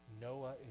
Noah